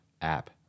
app